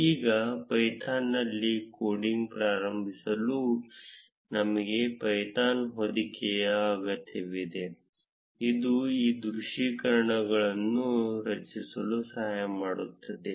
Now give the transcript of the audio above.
ಈಗ ಪೈಥಾನ್ನಲ್ಲಿ ಕೋಡಿಂಗ್ ಪ್ರಾರಂಭಿಸಲು ನಮಗೆ ಪೈಥಾನ್ ಹೊದಿಕೆಯ ಅಗತ್ಯವಿದೆ ಇದು ಈ ದೃಶ್ಯೀಕರಣಗಳನ್ನು ರಚಿಸಲು ಸಹಾಯ ಮಾಡುತ್ತದೆ